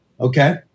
okay